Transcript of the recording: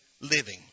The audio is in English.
living